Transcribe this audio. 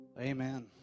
Amen